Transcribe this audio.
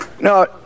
No